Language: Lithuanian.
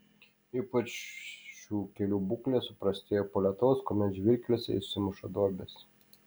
ypač šių kelių būklė suprastėja po lietaus kuomet žvyrkeliuose išsimuša duobės